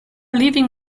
leaving